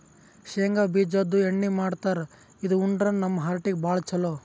ಶೇಂಗಾ ಬಿಜಾದು ಎಣ್ಣಿ ಮಾಡ್ತಾರ್ ಇದು ಉಂಡ್ರ ನಮ್ ಹಾರ್ಟಿಗ್ ಭಾಳ್ ಛಲೋ